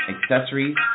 accessories